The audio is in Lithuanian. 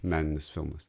meninis filmas